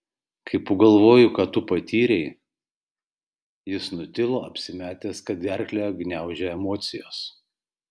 kai pagalvoju ką tu patyrei jis nutilo apsimetęs kad gerklę gniaužia emocijos